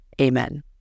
Amen